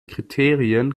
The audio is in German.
kriterien